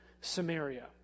Samaria